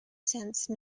sense